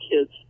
kids